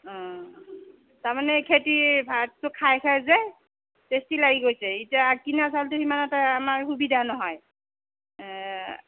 অ তাৰমানে খেতিৰ ভাতটো খাই খাই যে টেষ্টি লাগি গৈছে এতিয়া কিনা চাউলটো সিমান এটা আমাৰ সুবিধা নহয়